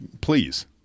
Please